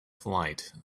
flight